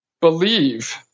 believe